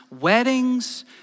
weddings